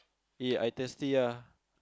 eh I thirsty ah